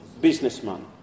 Businessman